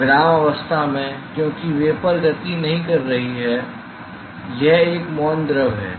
विराम अवस्था में क्योंकि वेपर गति नहीं कर रही है यह एक मौन द्रव है